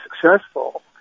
successful